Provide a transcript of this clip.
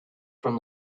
from